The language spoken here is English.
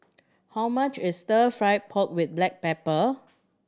how much is Stir Fry pork with black pepper